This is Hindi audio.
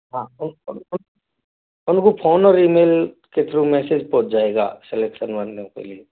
हाँ उन उनको फोन और ईमेल के थ्रू मैसेज पहुँच जाएगा सेलेक्सन वालों के लिए